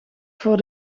voor